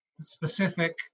specific